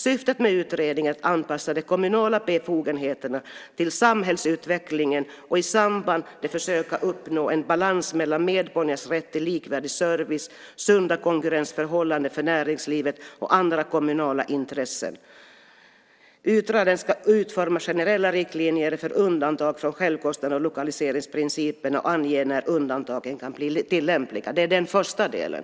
Syftet med utredningen är att anpassa de kommunala befogenheterna till samhällsutvecklingen och i samband med det försöka uppnå en balans mellan medborgarnas rätt till likvärdig service, sunda konkurrensförhållanden för näringslivet och andra kommunala intressen. Utredaren ska utforma generella riktlinjer för undantag från självkostnads och lokaliseringsprinciperna och ange när undantagen kan bli tillämpliga. Det är den första delen.